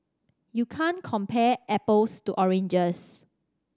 you can't compare apples to oranges